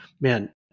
man